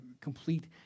complete